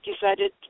decided